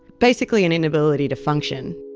basically an inability to function.